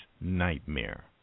nightmare